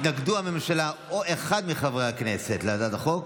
התנגדו הממשלה או אחד מחברי הכנסת להצעת החוק,